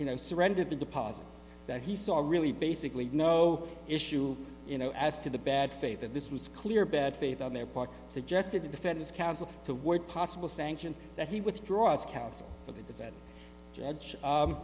you know surrendered to deposit that he saw a really basically no issue you know as to the bad faith that this was clear bad faith on their part suggested the defense counsel the word possible sanction that he withdraws counsel